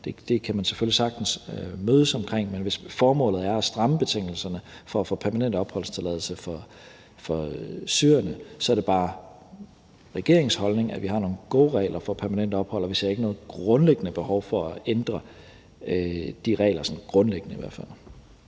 Det kan man selvfølgelig sagtens mødes omkring, men hvis formålet er at stramme betingelserne for at få permanent opholdstilladelse for syrerne, er det bare regeringens holdning, at vi har nogle gode regler for permanent ophold, og vi ser ikke noget grundlæggende behov for at ændre de regler sådan grundlæggende. Kl.